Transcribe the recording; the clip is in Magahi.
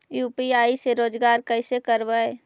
यु.पी.आई से रोजगार कैसे करबय?